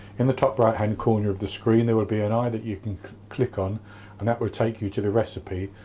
in the top right hand corner of the screen there will be an i that you can click on and that will take you to the recipe,